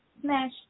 Smash